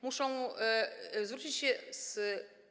Muszą zwrócić się z.